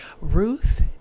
Ruth